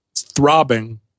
throbbing